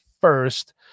first